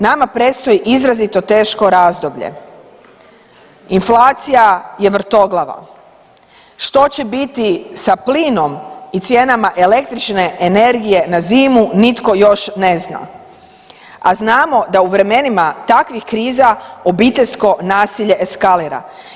Nama predstoji izrazito teško razdoblje, inflacija je vrtoglava, što će biti sa plinom i cijenama električne energije na zimu nitko još ne zna, a znamo da u vremenima takvih kriza obiteljsko nasilje eskalira.